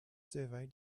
survey